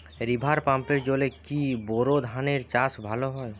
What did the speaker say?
River পাম্পের জলে কি বোর ধানের চাষ ভালো হয়?